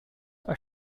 are